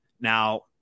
Now